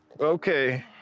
Okay